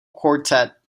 quartet